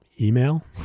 email